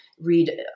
read